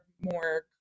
more